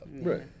Right